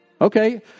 okay